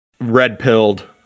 red-pilled